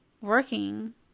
working